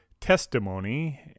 testimony